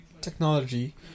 Technology